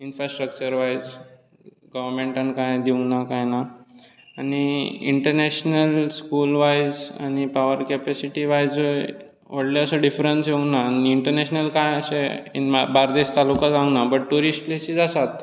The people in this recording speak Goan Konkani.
इंफ्रास्ट्रक्चर वायज गवरमेंटान कांय दिवंक ना कांय ना आनी इंटरनेशनल स्कूल वायज आनी पावर कॅपेसीटीवायजूय व्हडलेशें असो डिफ्रंस येवंक ना इंटरनॅशनल कांय अशें बार्देस तालूको जावंक ना बट ट्यूरिस्ट प्लेसीज आसात